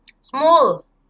small